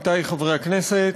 עמיתי חברי הכנסת,